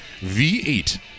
V8